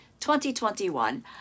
2021